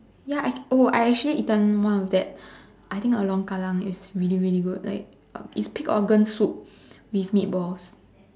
ya I oh I actually eaten one of that I think along Kallang it's really really good like uh it's pig organ soup with meatballs